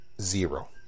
Zero